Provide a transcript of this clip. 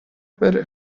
بره